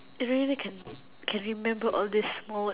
really can can remember all these small words